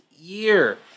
year